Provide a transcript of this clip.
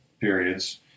periods